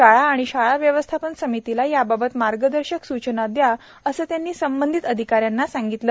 शाळा आणि शाळा व्यवस्थापन समितीला याबाबत मार्गदर्शक सूचना द्या असं त्यांनी संबंधित अधिकाऱ्यांना सांगितलं